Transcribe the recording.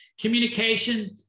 communication